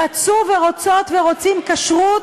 רצו ורוצות ורוצים כשרות,